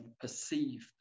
perceived